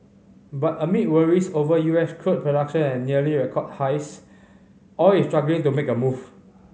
but amid worries over U S crude production at nearly record highs oil is struggling to make a move